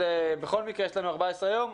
בכל מקרה יש לנו 14 יום.